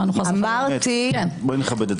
בואי נכבד.